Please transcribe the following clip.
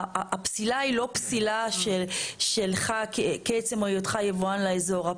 הפסילה היא לא פסילה שלך כעצם היותך יבואן לאזור.